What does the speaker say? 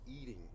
eating